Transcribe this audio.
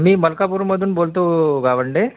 मी मलकापूरमधून बोलतो गावंडे